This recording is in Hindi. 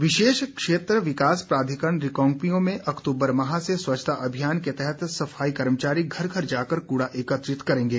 स्वच्छता अभियान विशेष क्षेत्र विकास प्राधिकरण रिकांगपिओ में अक्तूबर माह से स्वच्छता अभियान के तहत सफाई कर्मचारी घर घर जाकर कूड़ा एकत्रित करेंगे